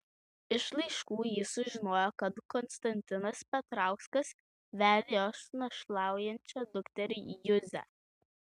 iš laiškų ji sužinojo kad konstantinas petrauskas vedė jos našlaujančią dukterį juzę